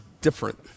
different